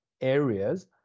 areas